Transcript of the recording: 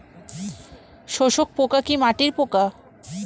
শোষক পোকা কি মাটির পোকা?